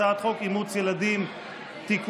הצעת חוק אימוץ ילדים (תיקון,